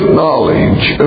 knowledge